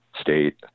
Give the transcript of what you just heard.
state